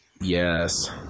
Yes